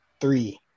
three